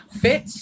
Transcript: fit